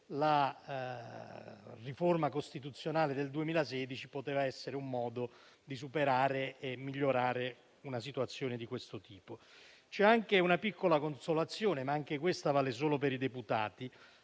la riforma costituzionale del 2016 poteva essere un modo di superare e migliorare una situazione di siffatto tipo. C'è una piccola consolazione, ma solo per i deputati.